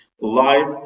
life